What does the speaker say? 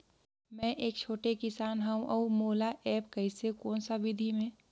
मै एक छोटे किसान हव अउ मोला एप्प कइसे कोन सा विधी मे?